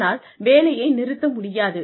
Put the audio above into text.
அதனால் வேலையை நிறுத்த முடியாது